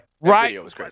Right